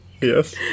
Yes